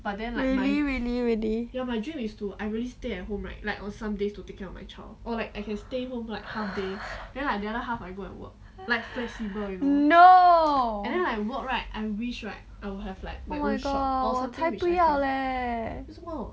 really really really no oh my my god 我才不要 leh